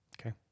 Okay